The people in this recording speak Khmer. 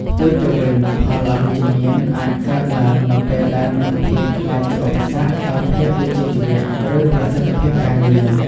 ផ្ទុយទៅវិញ ផលអវិជ្ជមាន អាចកើតឡើងនៅពេលដែលមិត្តភាពក្លាយជាឧបសគ្គដល់ភាពវិជ្ជាជីវៈ ឬប្រសិទ្ធភាពការងារ។